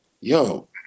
yo